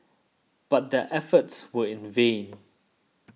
but their efforts were in vain